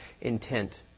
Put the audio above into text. intent